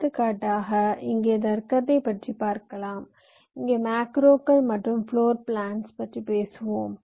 எடுத்துக்காட்டாக இங்கே தர்க்கத்தைப் பற்றி பார்க்கலாம் மற்றும் ALU பதிவேடுகள் மேக்ரோக்கள் மற்றும் ஃப்ளோர் பிளான்ஸ் பற்றி பேசுவோம்